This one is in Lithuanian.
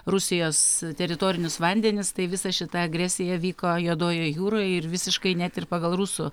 rusijos teritorinius vandenis tai visa šita agresija vyko juodojoj jūroj ir visiškai net ir pagal rusų